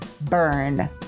burn